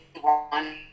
one